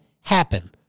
happen